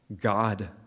God